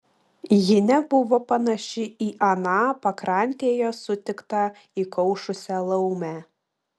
ji nebuvo panaši į aną pakrantėje sutiktą įkaušusią laumę